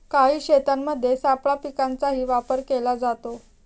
काही शेतांमध्ये सापळा पिकांचाही वापर केला जातो